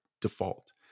default